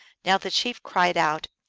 now the chief cried out,